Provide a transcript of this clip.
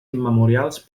immemorials